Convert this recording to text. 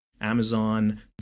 Amazon